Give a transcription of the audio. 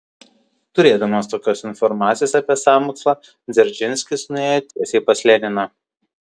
turėdamas tokios informacijos apie sąmokslą dzeržinskis nuėjo tiesiai pas leniną